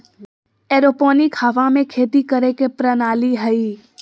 aeroponic हवा में खेती करे के प्रणाली हइ